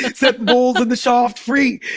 set balls and the shaft free,